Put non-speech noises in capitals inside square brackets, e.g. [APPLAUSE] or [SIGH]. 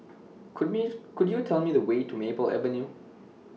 Could Me [UNINTELLIGIBLE] Could YOU Tell Me The Way to Maple Avenue